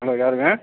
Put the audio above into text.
hello யாருங்க